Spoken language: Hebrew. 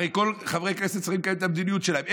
הרי כל חברי הכנסת צריכים לקיים את המדיניות שלהם.